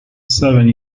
seven